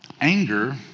Anger